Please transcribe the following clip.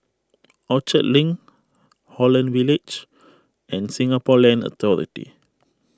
Orchard Link Holland Village and Singapore Land Authority